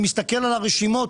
אני מסתכל על הרשימות,